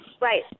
Right